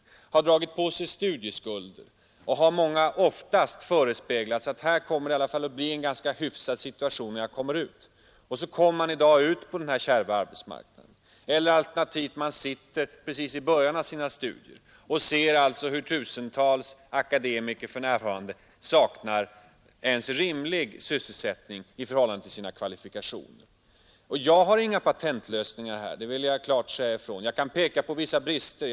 De har dragit på sig studieskulder och har ofta förespeglats att här kommer det i alla fall att bli en ganska hyfsad situation när de kommer ut på arbetsmarknaden. Och så kommer man i dag ut på den här kärva arbetsmarknaden, eller också är man precis i början av sina studier och ser hur tusentals akademiker för närvarande saknar ens rimlig sysselsättning i förhållande till sina kvalifikationer. Jag har inga patentlösningar här — det vill jag klart säga ifrån. Jag kan peka på vissa brister.